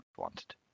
wanted